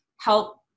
help